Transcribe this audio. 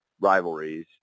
rivalries